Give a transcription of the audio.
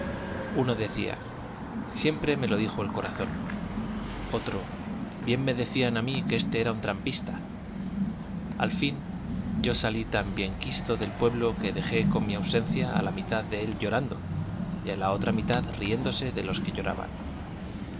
uno decía siempre me lo dijo el corazón otro bien me decían a mí que este era un trampista al fin yo salí tan bienquisto del pueblo que dejé con mi ausencia a la mitad de él llorando y a la otra mitad riéndose de los que lloraban